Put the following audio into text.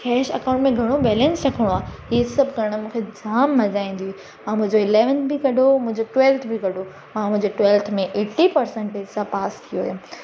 cash account में घणो balance रखिणो आहे हे सभु करणु मूंखे जामु मज़ा ईंदी हुई मां मुंहिंजो इलेवंथ बि कढो मुंहिंजो ट्वेल्थ बि कढो मां मुंहिंजो ट्वेल्थ में एटी परसेंटेज सां पास थी हुयमि